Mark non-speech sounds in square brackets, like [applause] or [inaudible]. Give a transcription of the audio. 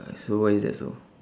[noise] so why is that so